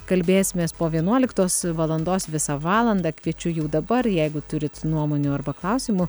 kalbėsimės po vienuoliktos valandos visą valandą kviečiu jau dabar jeigu turit nuomonių arba klausimų